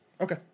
Okay